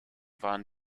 waren